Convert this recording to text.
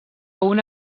una